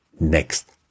next